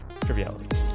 triviality